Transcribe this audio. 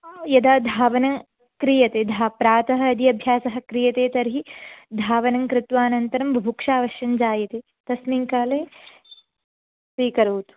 यदा धावनं क्रियते धा प्रातः यदि अभ्यासः क्रियते तर्हि धावनं कृत्वा अनन्तरं बुभुक्षावश्यञ्जायते तस्मिन् काले स्वीकरोतु